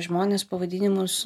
žmonės pavadinimus